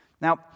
Now